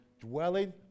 dwelling